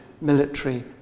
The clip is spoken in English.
military